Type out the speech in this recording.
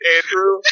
Andrew